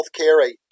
Healthcare